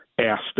asked